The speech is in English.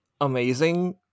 amazing